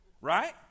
Right